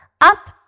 up